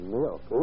milk